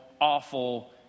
awful